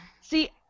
See